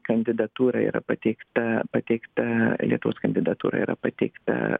kandidatūra yra pateikta pateikta lietuvos kandidatūra yra pateikta